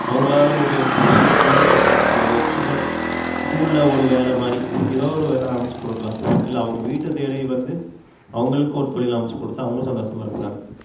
அவங்களால ஒரு குழந்தைகளை பார்த்துக்கறது இல்லை ஸ்கூலில் ஒரு வேலை மாதிரி ஏதோ ஒரு வேலை அமைச்சி கொடுக்கலாம் இல்லை அவங்க வீட்டை தேடி வந்து அவங்களுக்கும் ஒரு தொழில் அமைச்சி கொடுத்தா அவங்க சந்தோஷமாக இருப்பாங்க